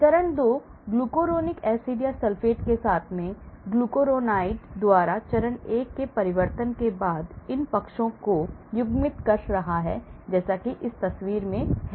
चरण 2 glucuronic acid या sulphate के साथ ग्लुकुरोनाइड द्वारा चरण 1 के परिवर्तन के बाद इन पक्षों को युग्मित कर रहा है जैसे कि इस तस्वीर में है